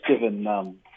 given